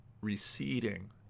receding